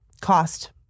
cost